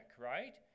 right